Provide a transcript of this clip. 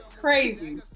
crazy